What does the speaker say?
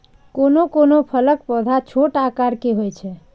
कोनो कोनो फलक पौधा छोट आकार के होइ छै